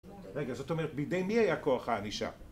רגע, זאת אומרת, בידי מי היה כוח הענישה?